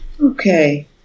Okay